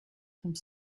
some